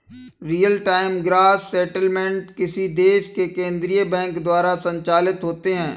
real time gross settlement किसी देश के केन्द्रीय बैंक द्वारा संचालित होते हैं